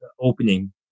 opening